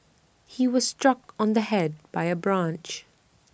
he was struck on the Head by A branch